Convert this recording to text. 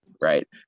right